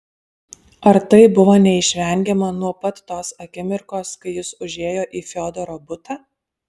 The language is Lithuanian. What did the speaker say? ar tai buvo neišvengiama nuo pat tos akimirkos kai jis užėjo į fiodoro butą